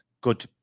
good